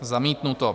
Zamítnuto.